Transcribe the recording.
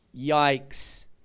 Yikes